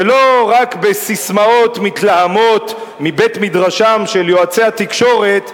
ולא רק בססמאות מתלהמות מבית-מדרשם של יועצי התקשורת,